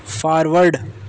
forward